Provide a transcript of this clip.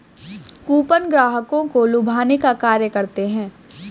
coupon ग्राहकों को लुभाने का कार्य करते हैं